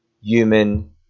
human